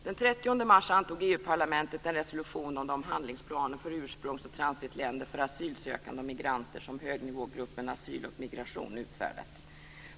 Den 30 mars antog EU-parlamentet en resolution om de handlingsplaner för ursprungs och transitländer för asylsökande och migranter som högnivågruppen Asyl och migration utfärdat.